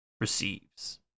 receives